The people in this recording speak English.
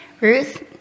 Ruth